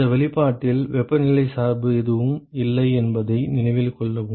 இந்த வெளிப்பாட்டில் வெப்பநிலை சார்பு எதுவும் இல்லை என்பதை நினைவில் கொள்ளவும்